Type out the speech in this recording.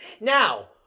Now